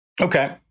Okay